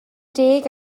deg